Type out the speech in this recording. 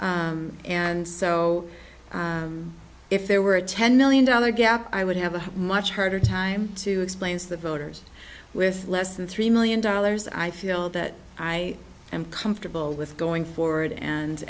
and so if there were a ten million dollar gap i would have a much harder time to explain to the voters with less than three million dollars i feel that i am comfortable with going forward and